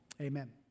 Amen